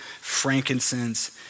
frankincense